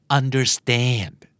understand